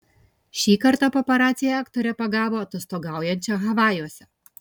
šį kartą paparaciai aktorę pagavo atostogaujančią havajuose